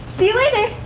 see you later.